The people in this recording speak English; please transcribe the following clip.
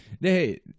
Hey